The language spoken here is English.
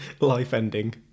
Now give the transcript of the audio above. life-ending